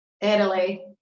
Italy